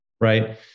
right